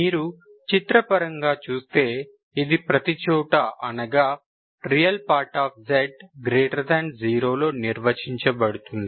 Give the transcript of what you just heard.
మీరు చిత్రపరంగా చూస్తే ఇది ప్రతిచోటా అనగా Rez0 లో నిర్వచించబడుతుంది